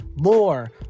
more